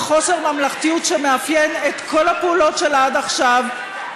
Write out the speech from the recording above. בחוסר ממלכתיות שמאפיין את כל הפעולות שלה עד עכשיו,